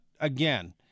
again